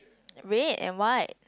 red and white